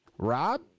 Rob